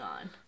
on